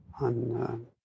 on